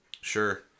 Sure